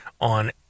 on